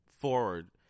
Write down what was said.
forward